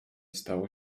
stało